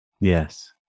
Yes